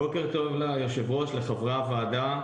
בוקר טוב ליושב ראש ולחברי הוועדה.